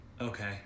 Okay